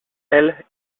elle